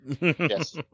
Yes